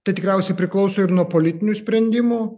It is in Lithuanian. tai tikriausiai priklauso ir nuo politinių sprendimų